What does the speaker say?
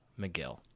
McGill